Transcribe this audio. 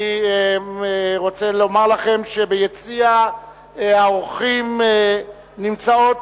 אני רוצה לומר לכם שביציע האורחים נמצאות